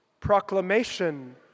proclamation